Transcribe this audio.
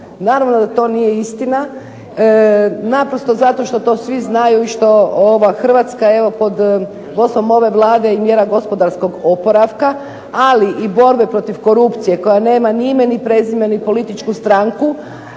Naravno da to nije istina, naprosto zato što to svi znaju i što ova Hrvatska evo pod vodstvom ove Vlade i mjera gospodarskog oporavka, ali i borbe protiv korupcije koja nema ni ime ni prezime, ni političku stranku,